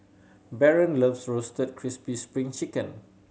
Baron loves Roasted Crispy Spring Chicken